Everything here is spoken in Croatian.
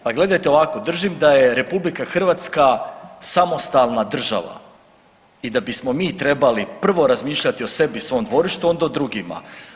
Pa gledajte ovako držim da je RH samostalna država i da bismo mi trebali prvo razmišljati o sebi i svom dvorištu onda o drugima.